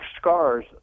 scars